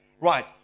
Right